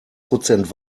prozent